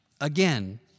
again